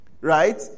right